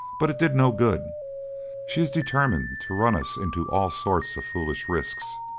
but it did no good she is determined to run us into all sorts of foolish risks,